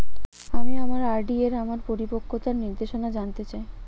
আমি আমার আর.ডি এর আমার পরিপক্কতার নির্দেশনা জানতে চাই